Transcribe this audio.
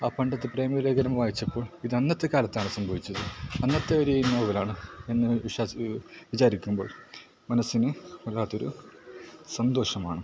ആ പണ്ടത്തെ പ്രേമലേഖനം വായിച്ചപ്പോൾ ഇത് അന്നത്തെക്കാലത്താണ് സംഭവിച്ചത് അന്നത്തെ ഒരു നോവലാണ് എന്ന് വിശ്വാസി വിചാരിക്കുമ്പോൾ മനസ്സിന് വല്ലാത്തൊരു സന്തോഷമാണ്